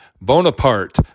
Bonaparte